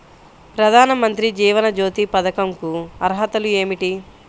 ప్రధాన మంత్రి జీవన జ్యోతి పథకంకు అర్హతలు ఏమిటి?